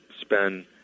spend